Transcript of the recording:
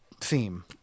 theme